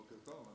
בוקר טוב.